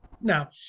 Now